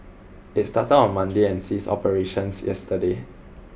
it started on Monday and ceased operations yesterday